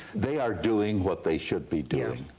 they are doing what they should be doing.